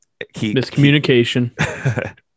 miscommunication